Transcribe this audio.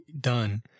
done